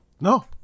No